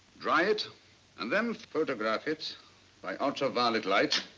dry it and then photograph it by ultraviolet light